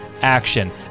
action